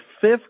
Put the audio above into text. fifth